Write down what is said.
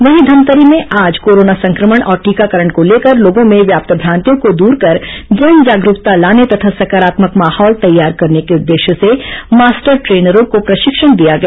वहीं धमतरी में आज कोरोना संक्रमण और टीकाकरण को लेकर लोगों में व्याप्त भ्रांतियों को दर कर जन जागरूकता लाने तथा सकारात्मक माहौल तैयार करने के उद्देश्य से मास्टर ट्रेनरो को प्रशिक्षण दिया गया